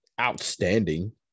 outstanding